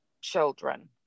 children